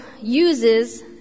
uses